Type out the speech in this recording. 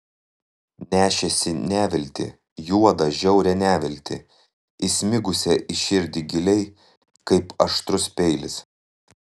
nešėsi neviltį juodą žiaurią neviltį įsmigusią į širdį giliai kaip aštrus peilis